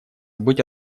быть